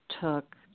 took